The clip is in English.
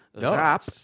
rap